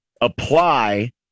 apply